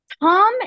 Tom